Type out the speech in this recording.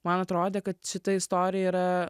man atrodė kad šita istorija yra